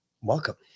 Welcome